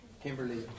Kimberly